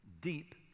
Deep